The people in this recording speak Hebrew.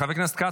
חבר הכנסת כץ,